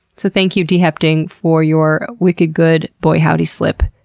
so thank you, d. hepting, for your wicked good boy howdy slip,